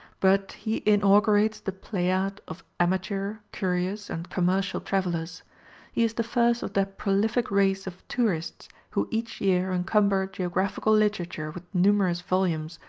but he inaugurates the pleiad of amateur, curious, and commercial travellers. he is the first of that prolific race of tourists who each year encumber geographical literature with numerous volumes,